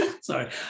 Sorry